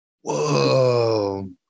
Whoa